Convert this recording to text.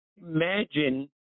imagine